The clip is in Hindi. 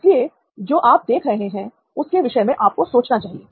इसलिए जो आप देख रहे हैं उसके विषय में आपको सोचना चाहिए